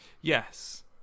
Yes